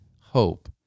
hope